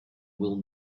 will